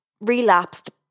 relapsed